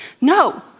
No